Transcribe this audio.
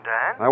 Dan